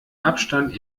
abstand